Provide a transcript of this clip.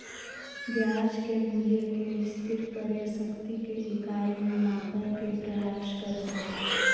ब्याज के मूल्य के स्थिर क्रय शक्ति के इकाई में मापय के प्रयास करो हइ